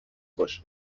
باشه